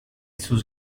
sus